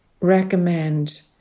recommend